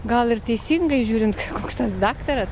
gal ir teisingai žiūrint koks tas daktaras